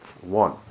One